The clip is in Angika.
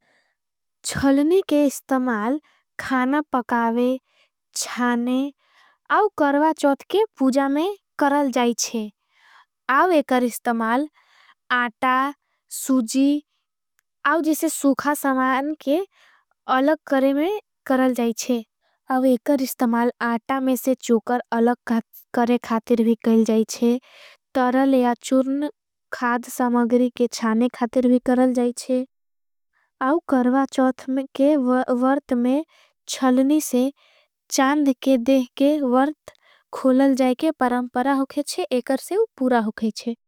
छलनी के इस्तमाल खाना पकावे छाने आउ करवा चोथ। के पूजा में करल जाईछे आउ एकर इस्तमाल आटा। सुजी आउ जिसे सुखा समान के अलग करे में करल। जाईछे आउ एकर इस्तमाल आटा मेंसे चूकर अलग। करे खातिर भी करल जाईछे तरल या चूरन खाद। समागरी के छाने खातिर भी करल जाईछे आउ। करवा चोथ के वर्त में छलनी से चांद के देह के वर्त। खोलल जाईके परंपरा होगेचे एकर से वो पूरा होगेचे।